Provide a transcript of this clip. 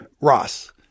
Ross